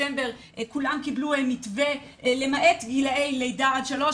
כולם קיבלו מתווה למעט גילאי לידה עד 3,